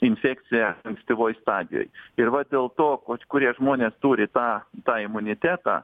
infekcija ankstyvoj stadijoj ir vat dėl to vat kurie žmonės turi tą tą imunitetą